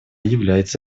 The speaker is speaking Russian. является